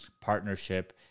partnership